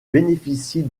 bénéficie